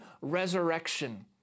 resurrection